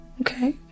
Okay